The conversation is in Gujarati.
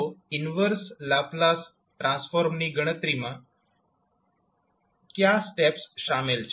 તો ઈન્વર્સ લાપ્લાસ ટ્રાન્સફોર્મની ગણતરીમાં કયા સ્ટેપ્સ શામેલ છે